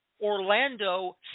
Orlando